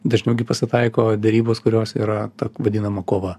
dažniau gi pasitaiko derybos kurios yra ta vadinama kova